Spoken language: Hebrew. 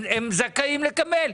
הם זכאים לקבל,